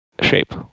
shape